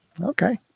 Okay